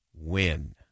win